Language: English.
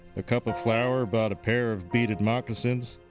a cup of flour bought a pair of beaded moccasins,